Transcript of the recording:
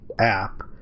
app